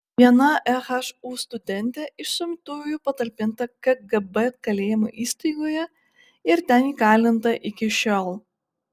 viena ehu studentė iš suimtųjų patalpinta kgb kalėjimo įstaigoje ir ten įkalinta iki šiol